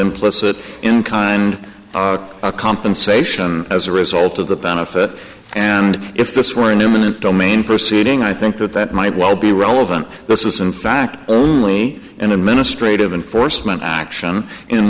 implicit in kind of compensation as a result of the benefit and if this were an imminent domain proceeding i think that that might well be relevant this is in fact only an administrative enforcement action in